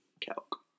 calc